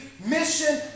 Mission